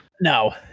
No